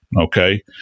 okay